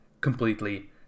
completely